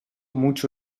mucho